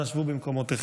אנא שבו במקומותיכם.